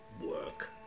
work